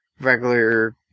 regular